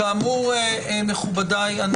כאמור מכובדיי,